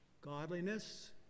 Godliness